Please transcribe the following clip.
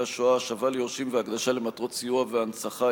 השואה (השבה ליורשים והקדשה למטרות סיוע והנצחה),